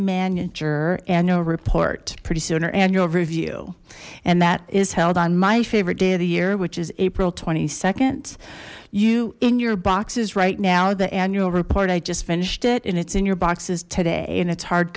manager annual report pretty sooner annual review and that is held on my favorite day of the year which is april nd you in your boxes right now the annual report i just finished it and it's in your boxes today and it's hard